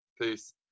Peace